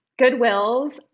Goodwills